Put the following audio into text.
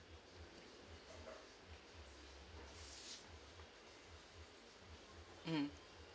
mm